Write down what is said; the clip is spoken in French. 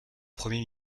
premier